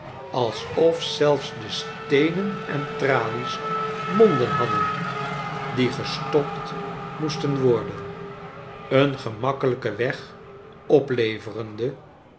alsof zelfs de steenen en tralies monden hadden die gestopt moesten worden een gemakkelyken weg opleverende